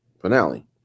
finale